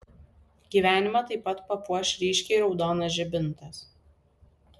gyvenimą taip pat papuoš ryškiai raudonas žibintas